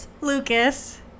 Lucas